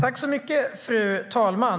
Fru talman!